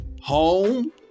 Home